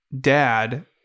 dad